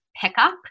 pickup